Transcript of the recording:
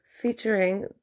featuring